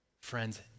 Friends